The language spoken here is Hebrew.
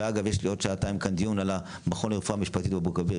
ואגב יש לי עוד שעתיים כאן דיון על מכון הרפואה המשפטית באבו כביר,